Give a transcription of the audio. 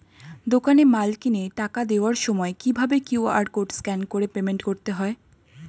দোকানে মাল কিনে টাকা দেওয়ার সময় কিভাবে কিউ.আর কোড স্ক্যান করে পেমেন্ট করতে হয়?